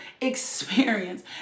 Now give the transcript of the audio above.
experience